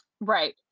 right